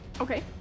Okay